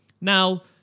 Now